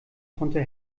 konnte